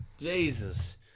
Jesus